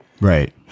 Right